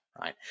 right